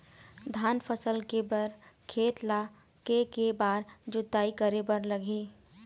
धान फसल के बर खेत ला के के बार जोताई करे बर लगही?